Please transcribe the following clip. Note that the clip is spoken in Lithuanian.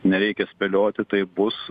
nereikia spėlioti taip bus